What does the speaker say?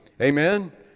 Amen